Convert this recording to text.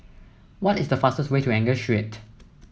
what is the fastest way to Angus Street